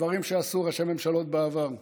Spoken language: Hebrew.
דברים שעשו ראשי ממשלות בעבר.